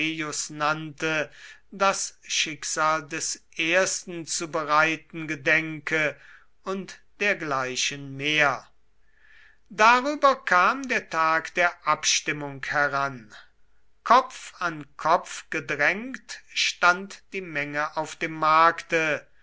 das schicksal des ersten zu bereiten gedenke und dergleichen mehr darüber kam der tag der abstimmung heran kopf an kopf gedrängt stand die menge auf dem markte